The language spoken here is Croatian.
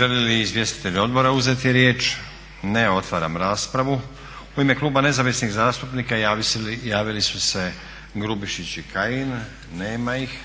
Žele li izvjestitelji odbora uzeti riječ? Ne. Otvaram raspravu. U ime Kluba nezavisnih zastupnika javili su se Grubišić i Kajin. Nema ih.